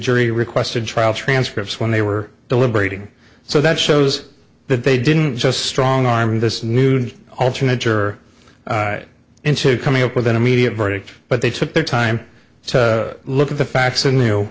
jury requested trial transcripts when they were deliberating so that shows that they didn't just strong arm this nude alternate juror into coming up with an immediate verdict but they took their time to look at the facts and you